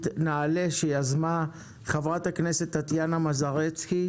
נעל"ה שיזמה תחברת הכנסת טטיאנה מזרסקי.